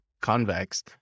convex